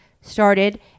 started